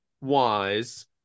wise